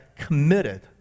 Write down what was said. committed